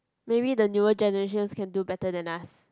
maybe the newer generations can do better than us